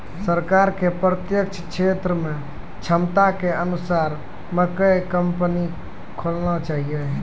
सरकार के प्रत्येक क्षेत्र मे क्षमता के अनुसार मकई कंपनी खोलना चाहिए?